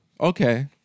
Okay